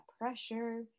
pressure